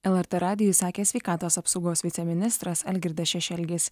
lrt radijui sakė sveikatos apsaugos viceministras algirdas šešelgis